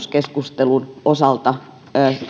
tämän tulevaisuuskeskustelun osalta